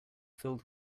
filled